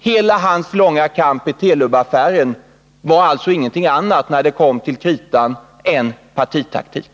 Hela hans långa kamp i Telub-affären var, när det kom till kritan, ingenting annat än partitaktik.